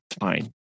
fine